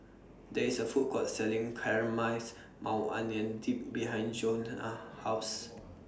There IS A Food Court Selling Maui Onion Dip behind Johnna's House